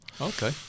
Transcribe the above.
Okay